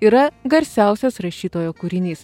yra garsiausias rašytojo kūrinys